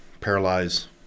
paralyze